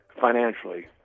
financially